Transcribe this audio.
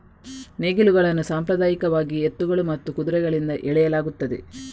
ನೇಗಿಲುಗಳನ್ನು ಸಾಂಪ್ರದಾಯಿಕವಾಗಿ ಎತ್ತುಗಳು ಮತ್ತು ಕುದುರೆಗಳಿಂದ ಎಳೆಯಲಾಗುತ್ತದೆ